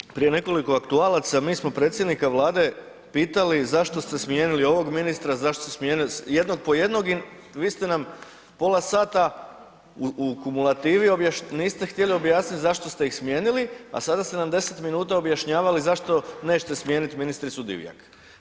Da je, prije nekoliko aktualaca mi smo predsjednika Vlade pitali zašto ste smijenili ovog ministra, zašto ste smijenili jednog po jednog i vi ste nam pola sata u kumulativi, niste htjeli objasniti zašto ste ih smijenili, a sada ste nam 10 minuta objašnjavali zašto nećete smijeniti ministricu Divjak.